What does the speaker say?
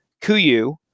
Kuyu